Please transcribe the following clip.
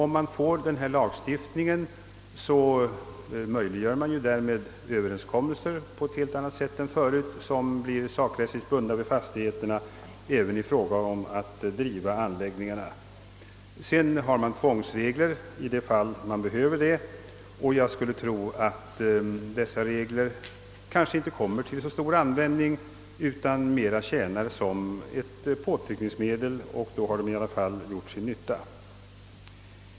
En sådan lagstiftning som den föreslagna skulle på ett helt annat sätt än tidigare möjliggöra överenskommelser som blir sakrättsligt bundna vid fastigheterna även i fråga om anläggningarnas drift. I den mån så behövs finns tvångsregler. De kanske inte kommer till så stor användning utan mera tjänar som ett påtryckningsmedel, men då har de ändå gjort sin nytta.